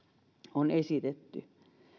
on esitetty